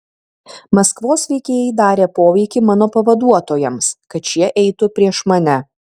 maskvos veikėjai darė poveikį mano pavaduotojams kad šie eitų prieš mane